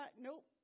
Nope